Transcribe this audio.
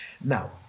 Now